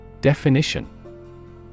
Definition